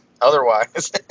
otherwise